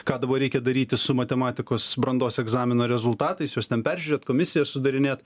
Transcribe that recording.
ką dabar reikia daryti su matematikos brandos egzamino rezultatais juos ten peržiūrėt komisiją sudarinėt